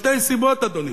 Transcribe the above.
משתי סיבות: